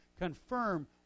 confirm